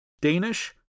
Danish